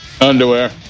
Underwear